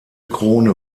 krone